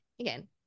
again